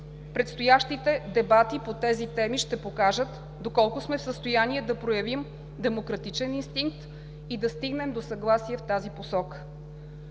Предстоящите дебати по тези теми ще покажат доколко сме в състояние да проявим демократичен инстинкт и да стигнем до съгласие в тази посока.